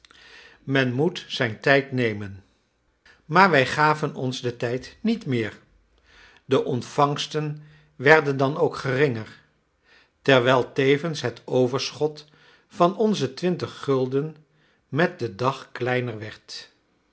men moet zijn tijd nemen maar wij gaven ons den tijd niet meer de ontvangsten werden dan ook geringer terwijl tevens het overschot van onze twintig gulden met den dag kleiner werd